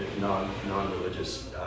non-religious